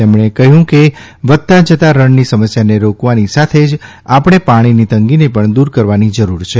તેમણે કહ્યું કે વધતા જતા રણની સમસ્યાને રોકવાની સાથે જઆપણે પાણીની તંગીને પણ દૂર કરવાની જરૂર છે